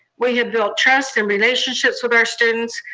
we have built trust and relationships with our students,